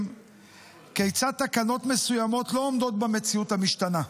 כיצד תקנות מסוימות לא עומדות במציאות המשתנה,